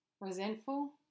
resentful